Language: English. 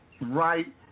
right